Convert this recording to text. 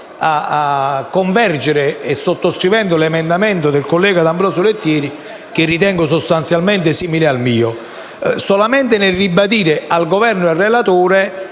a convergere sottoscrivendo l'emendamento 8.206 del collega D'Ambrosio Lettieri, che ritengo sostanzialmente simile al mio. Ribadisco al Governo e al relatore